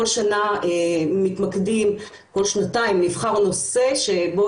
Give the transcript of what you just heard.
כל שנה מתמקדים כל שנתיים נבחר נושא שבו